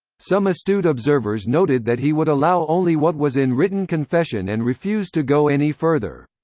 some astute observers noted that he would allow only what was in written confession and refuse to go any further.